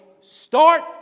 start